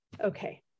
Okay